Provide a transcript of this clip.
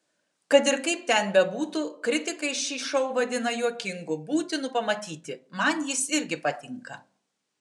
kad ir kaip ten bebūtų kritikai šį šou vadina juokingu būtinu pamatyti man jis irgi patinka